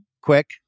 quick